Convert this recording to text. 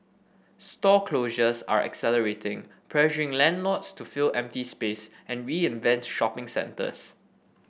store closures are accelerating pressuring landlords to fill empty space and reinvent shopping centres